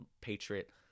Patriot